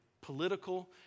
political